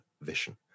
vision